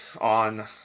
on